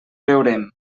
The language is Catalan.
veurem